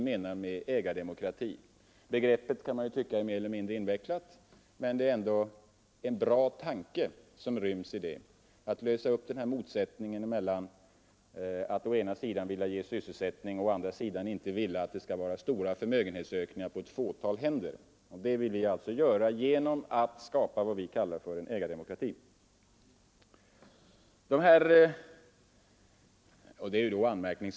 Man kan ju tycka att begreppet ägardemokrati är mer eller mindre invecklat, men det är en bra tanke som finns i det, nämligen att man vill lösa upp motsättningen mellan att å ena sidan vilja ge sysselsättning och å andra sidan inte vilja möjliggöra stora förmögenhetsökningar på ett fåtal händer. Vi vill lösa upp den motsättningen genom att skapa vad vi kallar för en ägardemokrati.